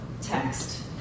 text